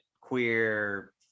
queer